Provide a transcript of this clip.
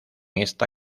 esta